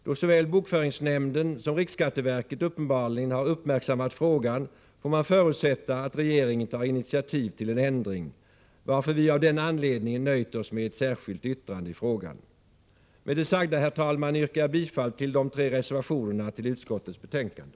Då såväl bokföringsnämnden som riksskatteverket uppenbarligen har uppmärksammat saken, får man förutsätta att regeringen tar initiativ till en ändring. Av den anledningen har vi nöjt oss med ett särskilt yttrande i frågan. Med det sagda, herr talman, yrkar jag bifall till de tre reservationerna till utskottets betänkande.